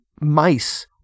mice